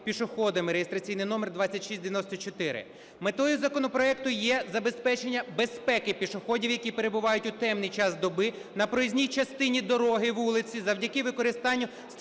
пішоходами (реєстраційний номер 2694). Метою законопроекту є забезпечення безпеки пішоходів, які перебувають в темний час доби на проїзній частині дороги, вулиці, завдяки використанню